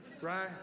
right